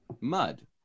mud